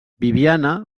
bibiana